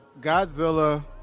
Godzilla